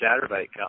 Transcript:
Saturday